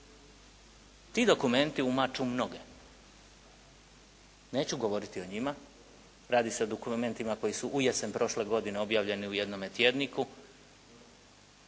Ti dokumenti umaču mnoge. Neću govoriti o njima. Radi se o dokumentima koji su u jesen prošle godine objavljeni u jednome tjedniku.